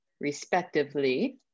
respectively